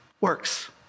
works